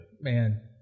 Man